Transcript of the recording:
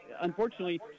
unfortunately –